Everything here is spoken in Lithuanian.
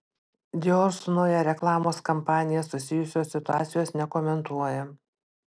dior su nauja reklamos kampanija susijusios situacijos nekomentuoja